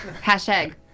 Hashtag